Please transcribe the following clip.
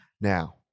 Now